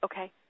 Okay